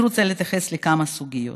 אני רוצה להתייחס לכמה סוגיות.